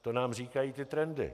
To nám říkají ty trendy.